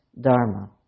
dharma